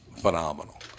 phenomenal